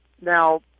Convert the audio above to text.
Now